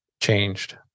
changed